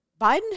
Biden